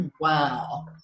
wow